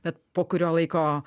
bet po kurio laiko